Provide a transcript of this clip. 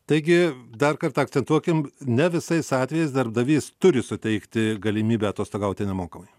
taigi dar kartą akcentuokim ne visais atvejais darbdavys turi suteikti galimybę atostogauti nemokamai